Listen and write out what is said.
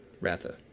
Ratha